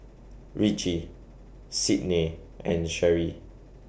Ritchie Sydnee and Cherrie